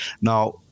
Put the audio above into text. Now